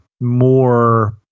more